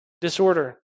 Disorder